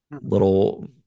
little